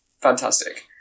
fantastic